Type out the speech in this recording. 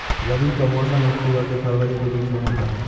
रबी का मौसम अक्टूबर से फरवरी के बीच में होता है